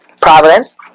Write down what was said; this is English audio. providence